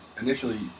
initially